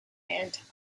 and